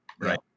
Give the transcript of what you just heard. Right